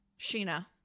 Sheena